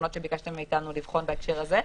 העקרונות שביקשתם מאיתנו לבחון בהקשר הזה.